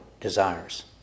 desires